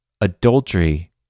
Adultery